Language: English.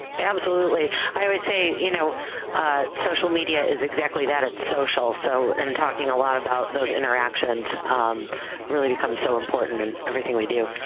absolutely, i always say you know social media is exactly that its social. so, in talking a lot about those interactions really becomes so important and everything we do.